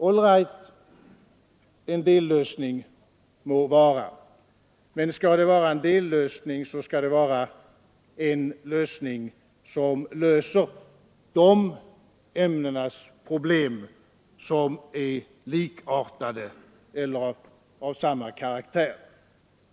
All right — det må vara med en dellösning, men det bör då vara en åtgärd som löser problemen för de ämnen som är likartade eller har samma karaktär.